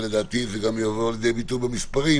ולדעתי זה גם יבוא לידי ביטוי במספרים,